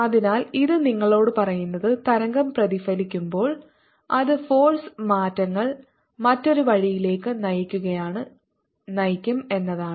അതിനാൽ ഇത് നിങ്ങളോട് പറയുന്നത് തരംഗം പ്രതിഫലിക്കുമ്പോൾ അത് ഫേസ് മാറ്റങ്ങൾ മറ്റൊരു വഴിയിലേക്ക് നയിക്കും എന്നതാണ്